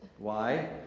why?